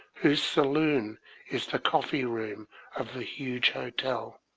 whose saloon is the coffee-room of the huge hotel,